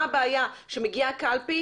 מה הבעיה שמגיעה קלפי?